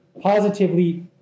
positively